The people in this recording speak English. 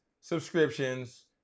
subscriptions